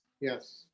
Yes